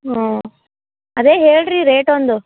ಹಾಂ ಅದೇ ಹೆಳ್ರಿ ರೇಟ್ ಒಂದು